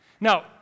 Now